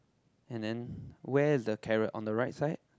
and then where the carrot on the right side